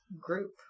group